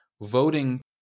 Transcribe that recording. voting